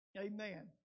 Amen